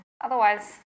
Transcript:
otherwise